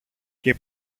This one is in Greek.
και